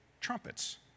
Trumpets